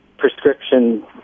prescription